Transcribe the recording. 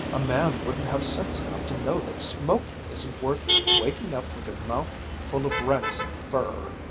a man wouldn't have sense enough to know that smoking isn't worth waking up with your mouth full of rancid fur.